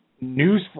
News